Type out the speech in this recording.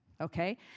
okay